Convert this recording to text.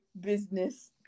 business